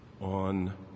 on